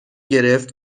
گرفت